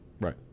right